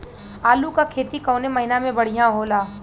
आलू क खेती कवने महीना में बढ़ियां होला?